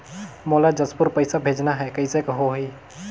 मोला जशपुर पइसा भेजना हैं, कइसे होही?